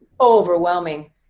overwhelming